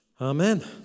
Amen